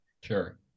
Sure